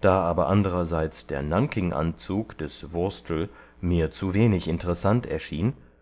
da aber andererseits der nankinganzug des wurstl mir zuwenig interessant erschien